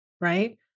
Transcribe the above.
right